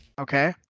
okay